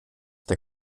der